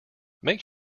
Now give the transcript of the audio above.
make